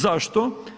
Zašto?